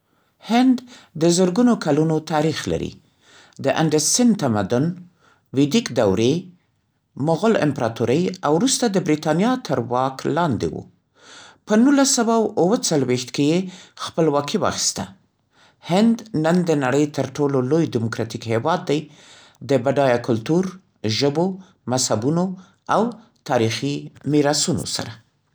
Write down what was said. هند د زرګونو کلونو تاریخ لري، د انډس سیند تمدن، ویدیک دورې، مغل امپراتورۍ، او وروسته د بریتانیا تر واک لاندې و. په نولس سوه او اوه څلوېښت کې یې خپلواکي واخیسته. هند نن د نړۍ تر ټولو لوی دیموکراتیک هېواد دی، د بډایه کلتور، ژبو، مذهبونو او تاریخي میراثونو سره.